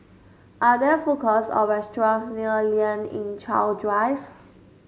are there food courts or restaurants near Lien Ying Chow Drive